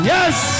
Yes